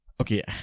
Okay